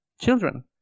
children